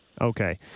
Okay